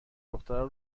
دخترا